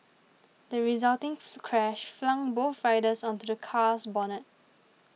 the resulting crash flung both riders onto the car's bonnet